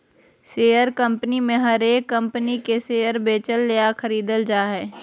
share बाजार मे हरेक कम्पनी के शेयर बेचल या खरीदल जा हय